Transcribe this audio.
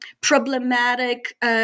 problematic